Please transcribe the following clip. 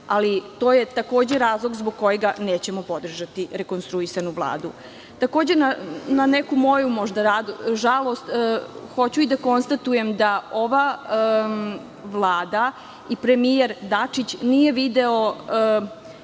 ali to je takođe razlog zbog kojeg nećemo podržati rekonstruisanu Vladu. Takođe, na neku moju možda žalost hoću i da konstatujem da ova Vlada i premijer Dačić, nije video